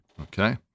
Okay